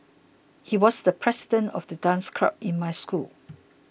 he was the president of the dance club in my school